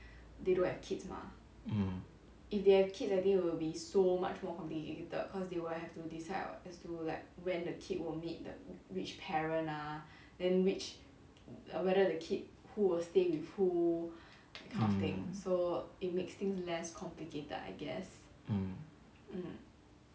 mm mm mm